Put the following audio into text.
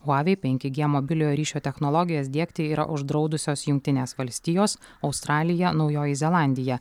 huawei penki g mobiliojo ryšio technologijas diegti yra uždraudusios jungtinės valstijos australija naujoji zelandija